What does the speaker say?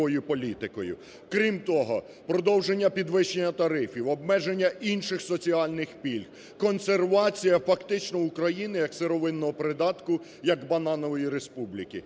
Крім того, продовження підвищення тарифів, обмеження інших соціальних пільг, консервація фактично України як сировинного придатку, як "бананової республіки".